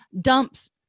dumps